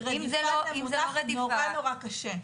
זה מונח נורא קשה.